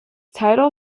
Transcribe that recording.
title